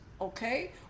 okay